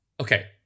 Okay